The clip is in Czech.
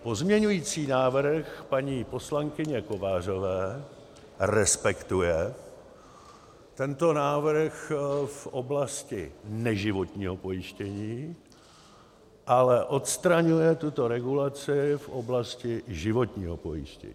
Pozměňující návrh paní poslankyně Kovářové respektuje tento návrh v oblasti neživotního pojištění, ale odstraňuje tuto regulaci v oblasti životního pojištění.